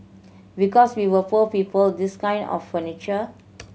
because we were poor people this kind of furniture